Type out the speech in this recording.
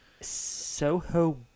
Soho